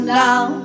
down